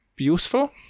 useful